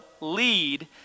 lead